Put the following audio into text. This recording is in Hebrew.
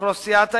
אוכלוסיית היעד,